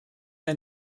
ein